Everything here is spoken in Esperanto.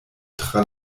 tra